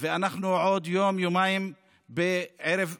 ואנחנו עוד יום-יומיים בערב פסח,